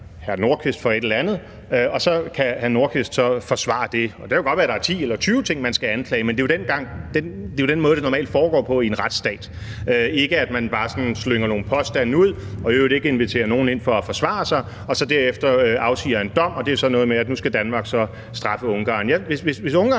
hr. Nordqvist for et eller andet, og så kan hr. Nordqvist forsvare det. Og det kan jo godt være, at der er 10 eller 20 ting, man skal anklage, men det er jo den måde, det normalt foregår på i en retsstat, og ikke at man bare sådan slynger nogle påstande ud – og i øvrigt ikke inviterer nogen ind for at forsvare sig – og derefter afsiger en dom, og det er så noget med, at nu skal Danmark straffe Ungarn. Hvis Ungarn